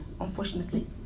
unfortunately